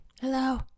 Hello